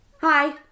Hi